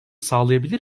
sağlayabilir